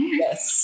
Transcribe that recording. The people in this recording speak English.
yes